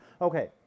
Okay